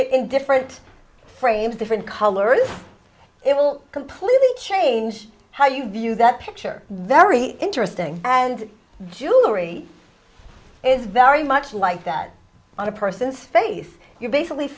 it in different frames different colors it will completely change how you view that picture very interesting and jewelry is very much like that on a person's face you're basically